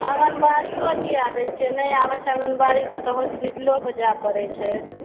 आङनबाड़िओ दिआ दय छै नहि आबैत छै तऽ आङ्गनबाड़ीके तहत हॉस्पिटलोमे जै पड़ैत छै